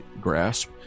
grasp